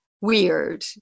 weird